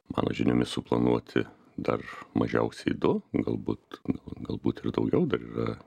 mano žiniomis suplanuoti dar mažiausiai du galbūt galbūt ir daugiau dar yra